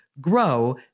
Grow